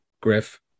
Griff